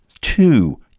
two